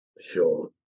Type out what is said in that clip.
Sure